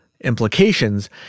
implications